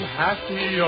happy